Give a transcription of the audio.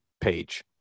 page